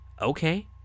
Okay